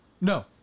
No